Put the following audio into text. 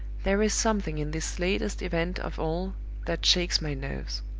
there is something in this latest event of all that shakes my nerves.